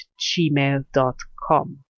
gmail.com